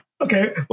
Okay